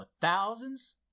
thousands